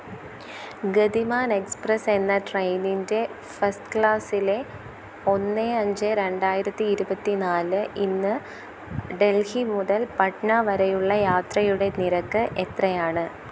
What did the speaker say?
Gatiman express എന്ന ട്രെയിനിൻ്റെ first ക്ലാസിലെ ഒന്ന് അഞ്ച് രണ്ടായിരത്തി ഇരുപത്തിനാല് ഇന്ന് ഡൽഹി മുതൽ പട്ന വരെയുള്ള യാത്രയുടെ നിരക്ക് എത്രയാണ്